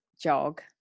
jog